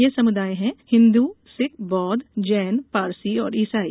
ये समुदाय हैं हिंदू सिख बौद्ध जैन पारसी और ईसाई